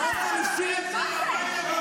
באופן אישי,